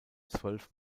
zwölf